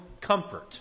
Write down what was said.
comfort